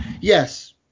Yes